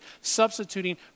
substituting